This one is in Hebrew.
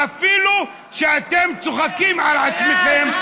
אפילו שאתם צוחקים על עצמכם,